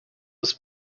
was